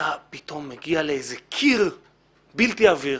ואתה פתאום מגיע לאיזה קיר בלתי עביר,